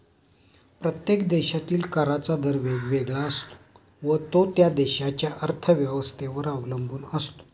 प्रत्येक देशातील कराचा दर वेगवेगळा असतो व तो त्या देशाच्या अर्थव्यवस्थेवर अवलंबून असतो